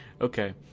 Okay